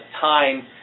time